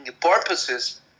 purposes